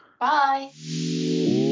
Bye